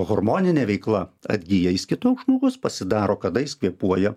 hormoninė veikla atgyja jis kitoks žmogus pasidaro kada jis kvėpuoja